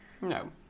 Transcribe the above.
No